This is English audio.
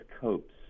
copes